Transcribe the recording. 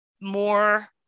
more